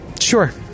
Sure